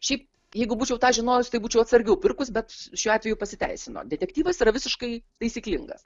šiaip jeigu būčiau žinojus tai būčiau atsargiau pirkus bet šiuo atveju pasiteisino detektyvas yra visiškai taisyklingas